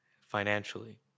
financially